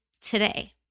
today